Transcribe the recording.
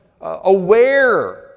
aware